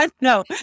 no